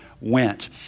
went